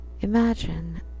imagine